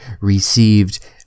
received